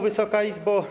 Wysoka Izbo!